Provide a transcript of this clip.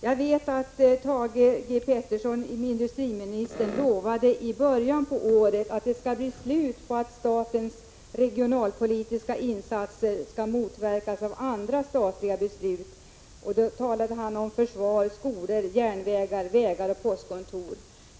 Jag vet att Thage G. Peterson i början av året lovade att det skulle bli slut på att statens regionalpolitiska insatser motverkas av andra statliga beslut. Då talade han om försvaret, skolorna, järnvägar, vägar och postkontor.